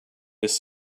this